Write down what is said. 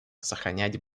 сохранять